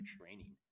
training